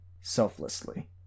Selflessly